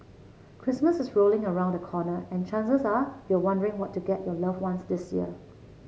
Christmas is rolling around the corner and chances are you're wondering what to get your loved ones this year